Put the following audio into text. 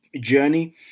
journey